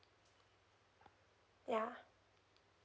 yeah